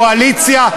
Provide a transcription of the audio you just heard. קואליציה,